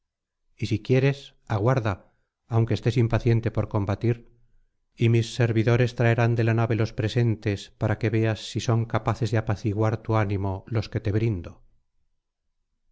y si quieres aguarda aunque estés impaciente por combatir y mis servidores traerán de la nave los presentes para que veas si son capaces de apaciguar tu ánimo los que te brindo